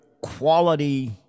quality